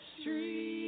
street